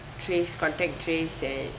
trace contact trace and